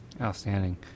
Outstanding